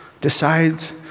decides